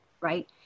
right